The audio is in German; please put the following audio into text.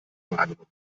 wahrgenommen